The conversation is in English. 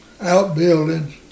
outbuildings